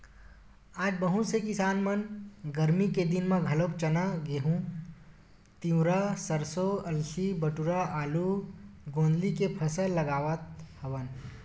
आज बहुत से किसान मन गरमी के दिन म घलोक चना, गहूँ, तिंवरा, सरसो, अलसी, बटुरा, आलू, गोंदली के फसल लगावत हवन